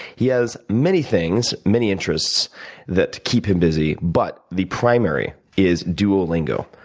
he has many things, many interests that keep him busy, but the primary is duolingo.